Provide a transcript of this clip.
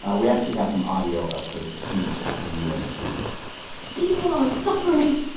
ah we actually have some audio of her speech at the u n. this week people are suffering.